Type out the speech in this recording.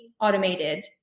automated